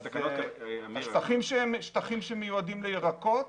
שטחים שמיועדים לירקות,